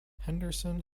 henderson